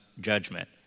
judgment